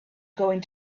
going